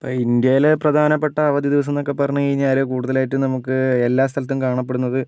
ഇപ്പം ഇന്ത്യയിലെ പ്രധാനപ്പെട്ട അവധി ദിവസം എന്നൊക്കെ പറഞ്ഞു കഴിഞ്ഞാൽ കൂടുതലായിട്ടും നമുക്ക് എല്ലാ സ്ഥലത്തും കാണപ്പെടുന്നത്